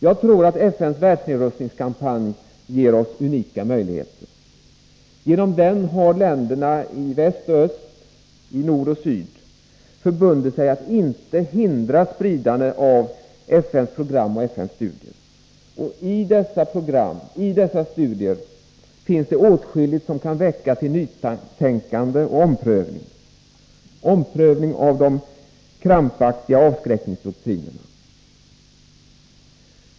Jag tror att FN:s världsnedrustningskampanj ger oss unika möjligheter. Genom den har länderna i väst och öst, i nord och syd förbundit sig att inte hindra spridandet av FN:s program och FN-studier. I dessa program och i dessa studier finns det åtskilligt som kan väcka till nytänkande och till omprövning av de krampaktiga avskräckningsdoktrinerna.